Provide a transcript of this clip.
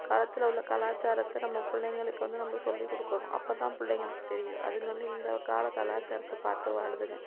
காலத்தில் உள்ள கலாச்சாரத்தை நம்ம பிள்ளைங்களுக்கு வந்து நம்ப சொல்லிக் கொடுக்கணும் அப்போ தான் பிள்ளைங்களுக்கு தெரியும் அதுங்க வந்து இந்த கால கலாச்சாரத்தை பார்த்து வாழுதுங்க